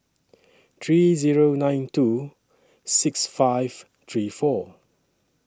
three Zero nine two six five three four